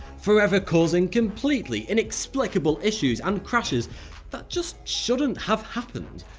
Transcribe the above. forever causing completely unexplainable issues and crashes that just shouldn't have happened.